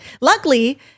Luckily